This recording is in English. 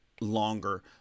longer